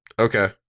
Okay